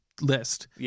list